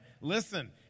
Listen